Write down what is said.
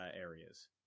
areas